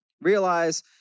realize